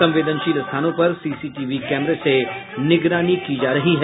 संवेदनशील स्थानों पर सीसीटीवी कैमरे से निगरानी भी की जा रही है